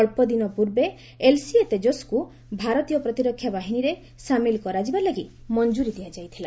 ଅକ୍ଷଦିନ ପୂର୍ବେ ଏଲ୍ସିଏ ତେଜସ୍କୁ ଭାରତୀୟ ପ୍ରତିରକ୍ଷା ବାହିନୀରେ ସାମିଲ କରାଯିବା ଲାଗି ମଞ୍ଜୁରୀ ଦିଆଯାଇଥିଲା